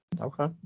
Okay